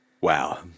Wow